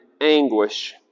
anguish